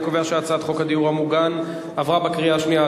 אני קובע שהצעת חוק הדיור המוגן עברה בקריאה השנייה.